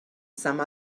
some